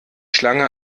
schlange